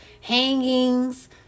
hangings